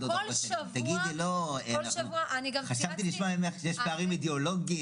--- כל שבוע --- חשבתי לשמוע ממך שיש פערים אידאולוגיים.